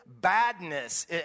badness